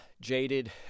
jaded